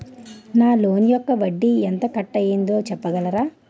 నా లోన్ యెక్క వడ్డీ ఎంత కట్ అయిందో చెప్పగలరా?